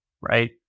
right